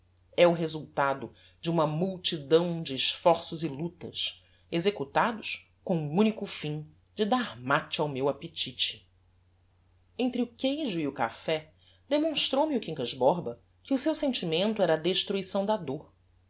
é o resultado de uma multidão de esforços e lutas executados com o unico fim de dar mate ao meu appetite entre o queijo e o café demonstrou me o quincas borba que o seu systema era a destruição da dôr